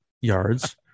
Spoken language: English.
Yards